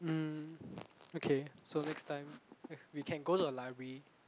mm okay so next time we can go to the library